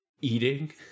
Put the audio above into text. eating